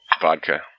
vodka